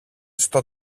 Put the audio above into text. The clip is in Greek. στο